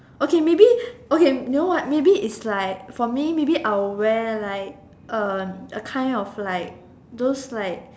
okay maybe okay you know what maybe it's like for me maybe I would wear like uh a kind of like those like